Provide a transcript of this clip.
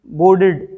boarded